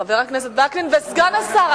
חבר הכנסת וקנין וסגן השר,